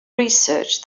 research